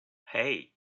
hey